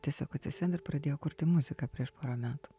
tiesiog atsisėdo ir pradėjo kurti muziką prieš porą metų